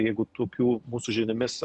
jeigu tokių mūsų žiniomis